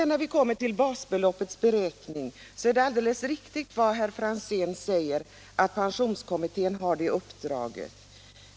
När det gäller basbeloppets beräkning är det alldeles riktigt som herr Franzén säger att den frågan ingår i pensionskommitténs uppdrag.